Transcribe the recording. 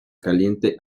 caliente